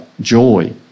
joy